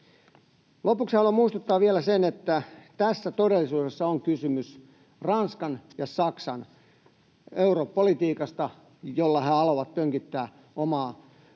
Lopuksi haluan muistuttaa vielä sen, että tässä on todellisuudessa kysymys Ranskan ja Saksan europolitiikasta, jolla he haluavat pönkittää omien